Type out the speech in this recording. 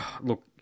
look